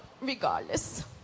regardless